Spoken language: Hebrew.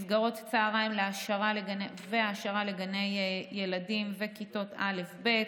מסגרות צוהריים והעשרה לגני ילדים וכיתות א'-ב',